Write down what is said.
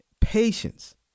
Patience